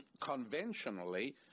conventionally